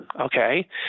okay